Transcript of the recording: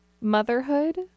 motherhood